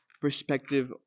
perspective